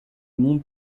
monde